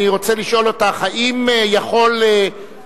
אני רוצה לשאול אותך אם יכול השר,